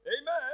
Amen